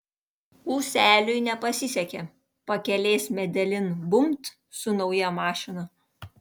ūseliui nepasisekė pakelės medelin bumbt su nauja mašina